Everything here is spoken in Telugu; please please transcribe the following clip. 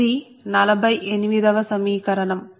ఇది 48 వ సమీకరణం